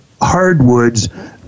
hardwoods